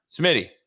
Smitty